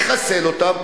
לחסל אותם,